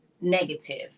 negative